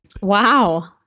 Wow